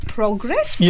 progress